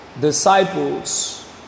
disciples